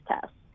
tests